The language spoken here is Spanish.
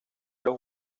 los